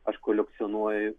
aš kolekcionuoju